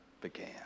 began